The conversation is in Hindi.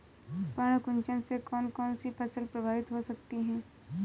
पर्ण कुंचन से कौन कौन सी फसल प्रभावित हो सकती है?